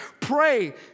Pray